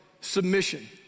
submission